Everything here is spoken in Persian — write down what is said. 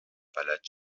فلج